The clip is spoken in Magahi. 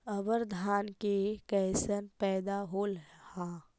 अबर धान के कैसन पैदा होल हा?